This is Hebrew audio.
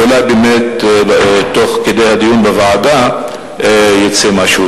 ואולי תוך כדי הדיון בוועדה יצא משהו.